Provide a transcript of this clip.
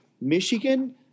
Michigan